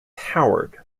howard